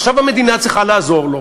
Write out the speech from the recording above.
ועכשיו המדינה צריכה לעזור לו.